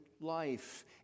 life